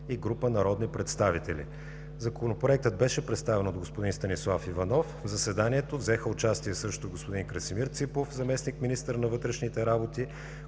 и група народни представители. Законопроектът беше представен от господин Станислав Иванов. В заседанието взеха участие също господин Красимир Ципов – заместник-министър на вътрешните работи,